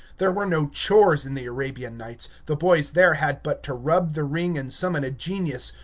there were no chores in the arabian nights the boy there had but to rub the ring and summon a genius,